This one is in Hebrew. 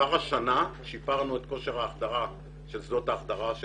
כבר השנה שיפרנו את כושר ההחדרה של שדות ההחדרה של